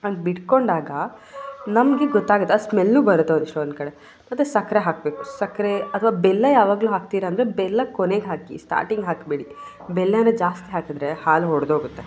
ಹಂಗೆ ಬಿಟ್ಕೊಂಡಾಗ ನಮಗೆ ಗೊತ್ತಾಗುತ್ತೆ ಅದು ಸ್ಮೆಲ್ಲೂ ಬರುತ್ತೆ ಒಂದು ಸ್ ಒಂದು ಕಡೆ ಮತ್ತು ಸಕ್ಕರೆ ಹಾಕಬೇಕು ಸಕ್ಕರೆ ಅಥ್ವಾ ಬೆಲ್ಲ ಯಾವಾಗಲೂ ಹಾಕ್ತೀರಾ ಅಂದರೆ ಬೆಲ್ಲ ಕೊನೆಗೆ ಹಾಕಿ ಸ್ಟಾರ್ಟಿಂಗ್ ಹಾಕಬೇಡಿ ಬೆಲ್ಲಾನ ಜಾಸ್ತಿ ಹಾಕಿದ್ರೆ ಹಾಲು ಒಡ್ದೋಗುತ್ತೆ